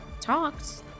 talked